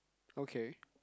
okay